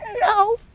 No